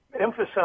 emphasize